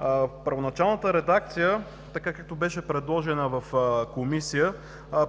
С първоначалната редакция, както беше предложена в Комисия,